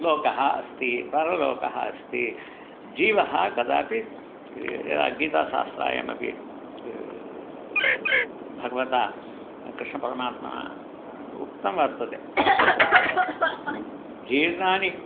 लोकः अस्ति परलोकः अस्ति जीवः कदापि यदा गीताशास्त्रायामपि भगवता कृष्णपरमात्मना उक्तं वर्तते यत् जीर्णानि